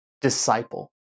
disciple